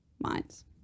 minds